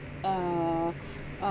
uh uh